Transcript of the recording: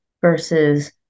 versus